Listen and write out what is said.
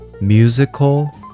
Musical